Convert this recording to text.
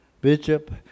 Bishop